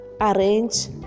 arrange